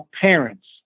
parents